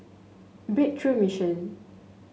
Breakthrough Mission